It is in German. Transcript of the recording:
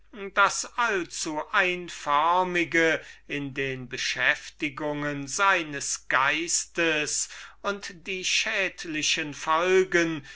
das allzueinförmige in den beschäftigungen seines geistes und die schädlichen folgen